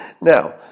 Now